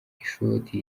ishoti